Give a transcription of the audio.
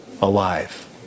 alive